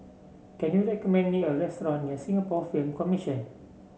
can you recommend me a restaurant near Singapore Film Commission